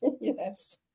Yes